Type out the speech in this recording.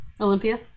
Olympia